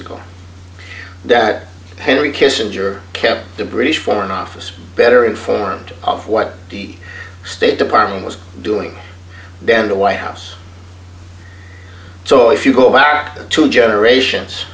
ago that henry kissinger kept the british foreign office better informed of what the state department was doing than the white house so if you go back two generations